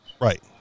Right